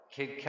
Kid